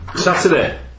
Saturday